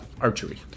archery